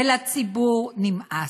ולציבור נמאס.